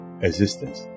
existence